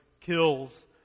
kills